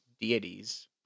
deities